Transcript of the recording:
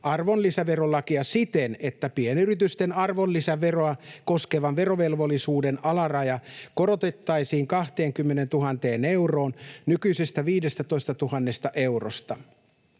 arvonlisäverolakia siten, että pienyritysten arvonlisäveroa koskevan verovelvollisuuden alaraja korotettaisiin 20 000 euroon nykyisestä 15 000 eurosta.